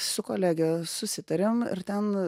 su kolege susitarėm ir ten